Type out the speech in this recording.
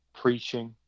preaching